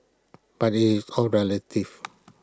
but IT is all relative